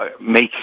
make